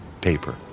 paper